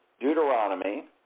Deuteronomy